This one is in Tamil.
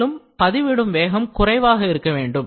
மேலும் பதிவிடும் வேகம் குறைவாக இருக்க வேண்டும்